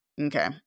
okay